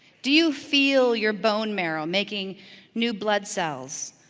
do you feel your bone marrow making new blood cells?